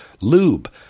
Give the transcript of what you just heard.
lube